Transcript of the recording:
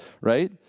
right